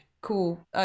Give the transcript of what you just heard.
cool